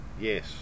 Yes